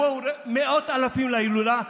ויבואו מאות אלפים להילולה,